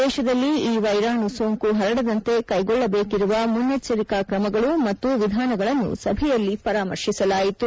ದೇಶದಲ್ಲಿ ಈ ವ್ಟೆರಾಣು ಸೋಂಕು ಹರಡದಂತೆ ಕ್ಯೆಗೊಳ್ಳಬೇಕಿರುವ ಮುನ್ನೆಚ್ಚರಿಕೆ ಕ್ರಮಗಳು ಮತ್ತು ವಿಧಾನಗಳನ್ನು ಸಭೆಯಲ್ಲಿ ಪರಾಮರ್ಶಿಸಲಾಯಿತು